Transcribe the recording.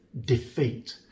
defeat